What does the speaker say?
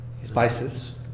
spices